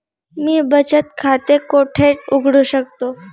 मी बचत खाते कोठे उघडू शकतो?